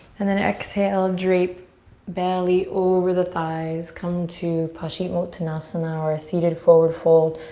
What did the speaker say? and then exhale, drape belly over the thighs. come to paschimottanasana or a seated forward fold.